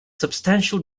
substantial